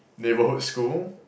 neighbourhood school